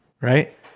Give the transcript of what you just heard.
right